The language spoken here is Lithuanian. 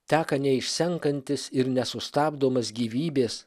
teka neišsenkantis ir nesustabdomas gyvybės